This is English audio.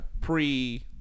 pre